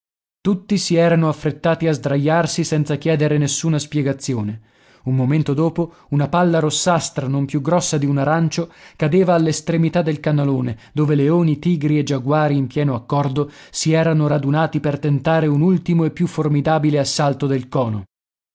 tutti si erano affrettati a sdraiarsi senza chiedere nessuna spiegazione un momento dopo una palla rossastra non più grossa di un arancio cadeva all'estremità del canalone dove leoni tigri e giaguari in pieno accordo si erano radunati per tentare un ultimo e più formidabile assalto del cono